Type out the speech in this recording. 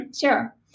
Sure